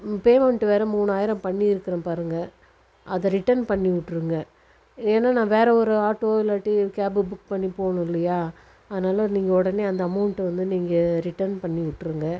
payment வேறு மூணாயிரம் பண்ணிருக்கிறேன் பாருங்கள் அதை ரிட்டர்ன் பண்ணி விட்டிருங்க ஏன்னால் நான் வேறு ஒரு ஆட்டோ இல்லாட்டி கேப் புக் பண்ணி போகணும் இல்லையா அதனால் நீங்கள் உடனே அந்த அமௌண்ட் வந்து நீங்கள் ரிட்டர்ன் பண்ணி விட்டிருங்க